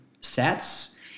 sets